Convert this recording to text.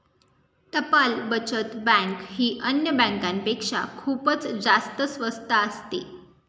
टपाल बचत बँक ही अन्य बँकांपेक्षा खूपच जास्त स्वस्त असते